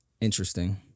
interesting